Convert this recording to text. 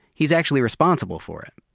he's actually responsible for it.